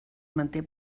manté